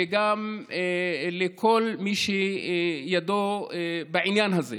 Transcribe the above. וגם לכל מי שידו בעניין הזה,